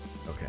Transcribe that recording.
Okay